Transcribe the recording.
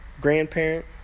grandparent